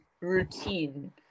routine